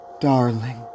Darling